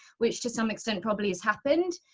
which to some extent probably has happened.